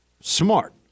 smart